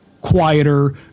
quieter